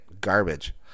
garbage